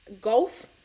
golf